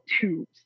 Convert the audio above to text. tubes